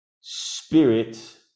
spirit